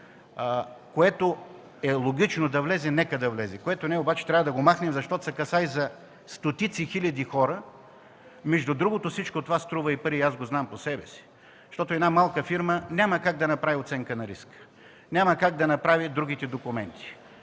Което е логично да влезе – нека да влезе. Което не е обаче трябва да махнем, защото се касае за стотици хиляди хора. Между другото всичко това струва и пари и аз го знам по себе си, защото една малка фирма няма как да направи оценка на риска, няма как да направи другите документи.